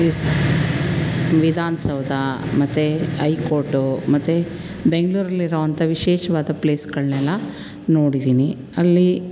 ವಿಸ್ ವಿಧಾನಸೌಧ ಮತ್ತು I coat ಮತ್ತು ಬೆಂಗಳೂರಲ್ಲಿರುವಂಥ ವಿಶೇಷವಾದ ಪ್ಲೇಸ್ಗಳನ್ನೆಲ್ಲ ನೋಡಿದ್ದೀನಿ ಅಲ್ಲಿ